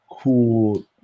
cool